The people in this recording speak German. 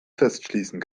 festschließen